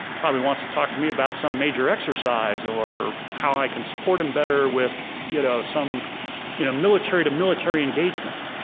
probably wants to talk to me about some major exercise or how i can support him better with you know some you know military to military engagement.